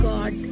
God